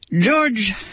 George